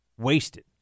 Wasted